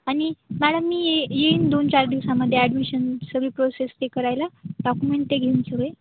आणि मॅडम मी ये येईन दोन चार दिवसामध्ये ॲडमिशन सगळी प्रोसेस ते करायला डाक्युमेंट ते घेईन सगळे